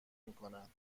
میکنن